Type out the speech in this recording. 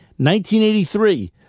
1983